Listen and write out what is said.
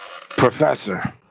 Professor